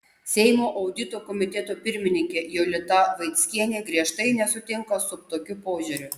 seimo audito komiteto pirmininkė jolita vaickienė griežtai nesutinka su tokiu požiūriu